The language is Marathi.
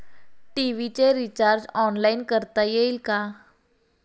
टी.व्ही चे रिर्चाज ऑनलाइन करता येईल का?